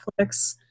Netflix